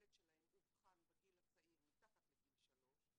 שהילד שלהם אובחן בגיל הצעיר מתחת לגיל 3,